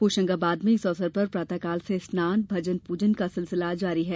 होशंगाबाद में इस अवसर पर प्रातःकाल से ही स्नान भजन पूजन का सिलसिला जारी है